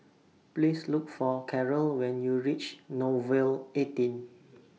Please Look For Karel when YOU REACH Nouvel eighteen